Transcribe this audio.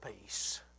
peace